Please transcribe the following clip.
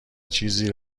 چیزی